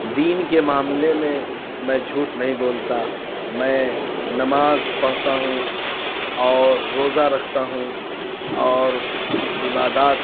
دین کے معاملے میں میں جھوٹ نہیں بولتا میں نماز پڑھتا ہوں اور روزہ رکھتا ہوں اور عبادات